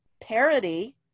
Parody